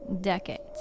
decades